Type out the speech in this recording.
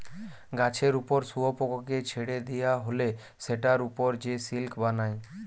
গাছের উপর শুয়োপোকাকে ছেড়ে দিয়া হলে সেটার উপর সে সিল্ক বানায়